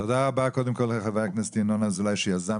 תודה רבה לחבר הכנסת ינון אזולאי שיזם